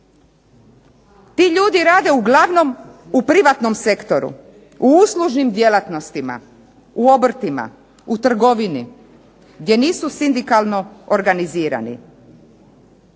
Ti ljudi rade uglavnom u privatnom sektoru, u uslužnim djelatnostima, u obrtima, u trgovini gdje nisu sindikalno organizirani.